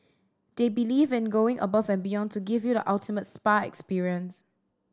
they believe in going above and beyond to give you the ultimate spa experience